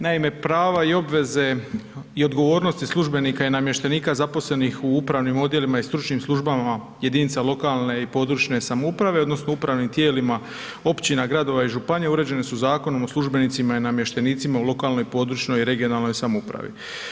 Naime, prava i obveze i odgovornosti službenika i namještenika zaposlenih u upravnim odjelima i stručnim službama jedinica lokalne i područne samouprave odnosno upravnim tijelima općina, gradova i županija uređene su Zakonom o službenicima i namještenicima u lokalnoj i područnoj (regionalnoj) samoupravi.